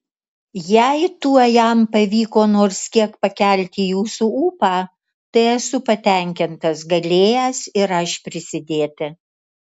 jei tuo jam pavyko nors kiek pakelti jūsų ūpą tai esu patenkintas galėjęs ir aš prisidėti